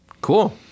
cool